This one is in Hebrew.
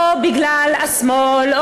או בגלל השמאל,